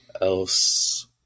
else